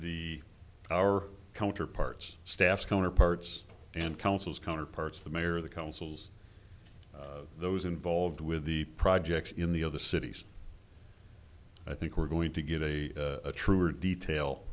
the our counterparts staff counterparts and councils counterparts the mayor the councils those involved with the projects in the other cities i think we're going to get a truer detail